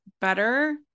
better